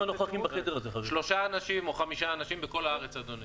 3 או 5 אנשים בכל הארץ.